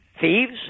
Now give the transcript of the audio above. thieves